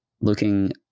looking